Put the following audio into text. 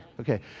Okay